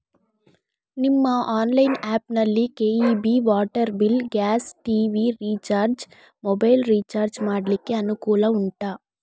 ನಿಮ್ಮ online app ನಲ್ಲಿ KEB, water bill, gas, TV recharge, mobile recharge ಮಾಡ್ಲಿಕ್ಕೆ ಅನುಕೂಲ ಉಂಟಾ